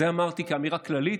את זה אמרתי כאמירה כללית.